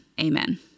Amen